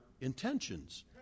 intentions